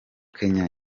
kenya